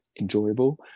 enjoyable